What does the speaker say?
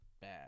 bad